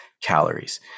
calories